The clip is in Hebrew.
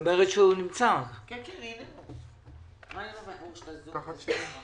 בי"ת, אני לחלוטין בדעה שאסור להזיז את זה ממשרד